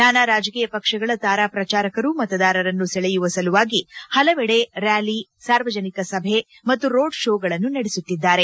ನಾನಾ ರಾಜಕೀಯ ಪಕ್ಷಗಳ ತಾರಾ ಪ್ರಚಾರಕರು ಮತದಾರರನ್ನು ಸೆಳೆಯುವ ಸಲುವಾಗಿ ಹಲವೆಡೆ ರ್ಚಾಲಿ ಸಾರ್ವಜನಿಕ ಸಭೆ ಮತ್ತು ರೋಡ್ ಶೋಗಳನ್ನು ನಡೆಸುತ್ತಿದ್ದಾರೆ